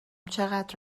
چقدر